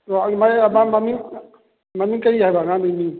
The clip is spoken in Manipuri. ꯃꯥꯏ ꯃꯃꯤꯡ ꯃꯃꯤꯡ ꯀꯔꯤ ꯍꯥꯏꯕ ꯑꯉꯥꯡꯗꯨꯒꯤ ꯃꯤꯡ